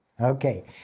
Okay